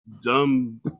dumb